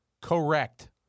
Correct